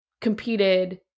competed